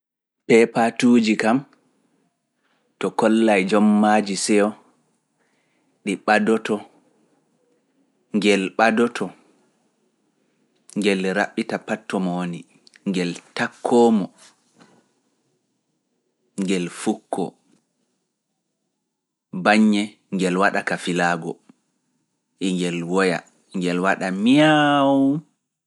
Peepatuuji kam to kollai jommaaji seyo ɗi ɓadoto, ngel ɓadoto, ngel raɓɓita patto mo woni, ngel takkoo mo, ngel fukkoo, baññe ngel waɗa ka filaago, ngel woya, ngel waɗa miyaawu.